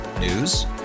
News